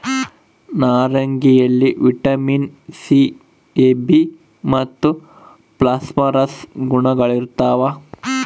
ನಾರಂಗಿಯಲ್ಲಿ vitamin C A B ಮತ್ತು phosphorus ಗುಣಗಳಿರ್ತಾವ